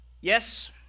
yes